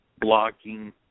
blocking